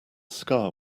scar